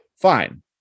Fine